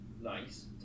nice